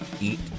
eat